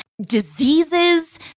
diseases